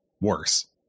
worse